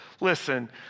Listen